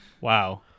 Wow